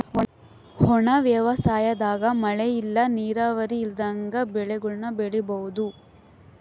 ಒಣ ವ್ಯವಸಾಯದಾಗ ಮಳೆ ಇಲ್ಲ ನೀರಾವರಿ ಇಲ್ದಂಗ ಬೆಳೆಗುಳ್ನ ಬೆಳಿಬೋಒದು